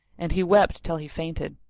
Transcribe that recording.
and he wept till he fainted.